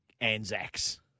Anzacs